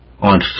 on